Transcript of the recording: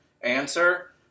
Answer